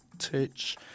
teach